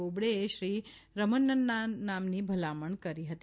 બોબડેએ શ્રી રમન્નના નામની ભલામણ કરી હતી